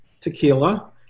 tequila